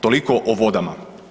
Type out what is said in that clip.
Toliko o vodama.